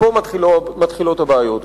ופה מתחילות הבעיות.